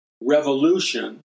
revolution